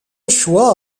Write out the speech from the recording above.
choix